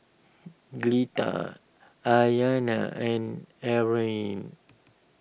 Cleta Ayana and Arne